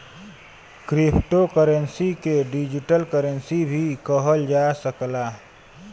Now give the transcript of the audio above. crypto currency के digital currency भी कहल जा सकला